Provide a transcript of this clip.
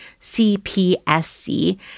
CPSC